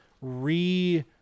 re